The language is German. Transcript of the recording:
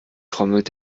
trommelt